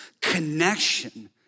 connection